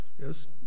Yes